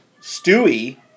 Stewie